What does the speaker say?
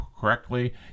correctly